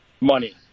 money